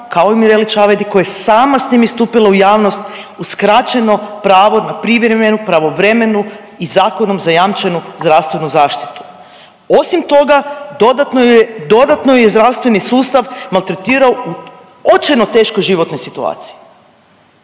kao i Mireli Čavajdi koja je sama s tim istupila u javnost uskraćeno pravo na privremenu pravovremenu i zakonom zajamčenu zdravstvenu zaštitu. Osim toga dodatno ju je zdravstveni sustav maltretirao u očajno teškoj životnoj situaciji.